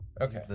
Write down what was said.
Okay